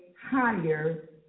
higher